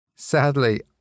Sadly